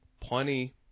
plenty